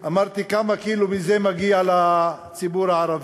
אמרתי: כמה קילו מזה מגיע לציבור הערבי?